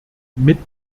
mit